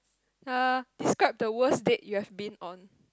uh describe the worst date you have been on